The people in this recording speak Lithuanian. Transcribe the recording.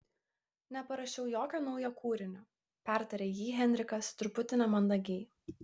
neparašiau jokio naujo kūrinio pertarė jį heinrichas truputį nemandagiai